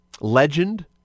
Legend